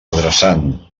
adreçant